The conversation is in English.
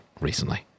recently